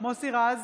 מוסי רז,